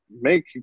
make